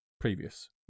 Previous